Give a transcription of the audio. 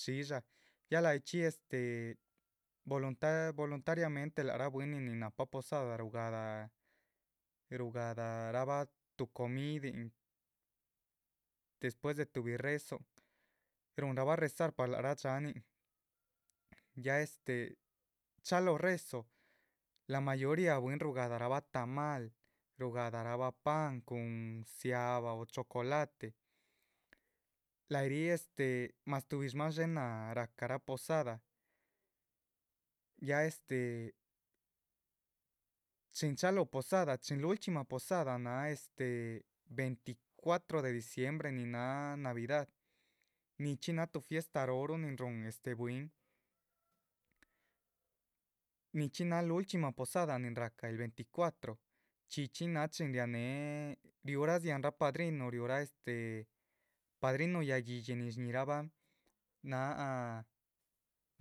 Shídsha ya lahayichxi este volunta voluntariamente lác rahb bwínin nin nahpa posada rugahda rugahdarabah tuh comidin despues de tuhbi rezón ruhunrabah rezar. par lac rah dxáhanin ya este chalóho rezo lah mayoría bwín ruhugahdarabah tamal ruhugadarabah pan cun nzia´ba o chocolate lai rih mas tuhbi shman dshénah. rahca posada ya este chin chalóho posada, chin lúlchximah posada náh este veinticuatro de diciemnre nin náha navidad nichxí náha tuh fiesta róhoruh nin rúhun este bwín. nichxí náha lulchximah posada nin rahca el veinticuatro chxí chxí náha chin rianéhe riúhrah dziahanra padrinu riuh rah este, padrinu yáh guídxi shñíhirabah náha.